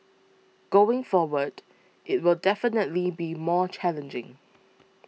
going forward it will definitely be more challenging